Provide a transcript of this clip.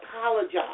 apologize